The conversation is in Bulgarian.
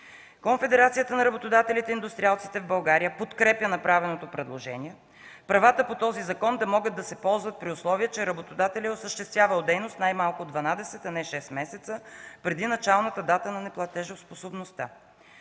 Конфедерацията на работодателите и индустриалците в България (КРИБ) подкрепя направеното предложение правата по този закон да могат да се ползват при условие, че работодателят е осъществявал дейност най-малко 12, а не 6 месеца преди началната дата на неплатежоспособността.